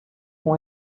com